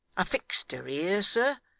a fixter here, sir.